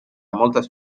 moltes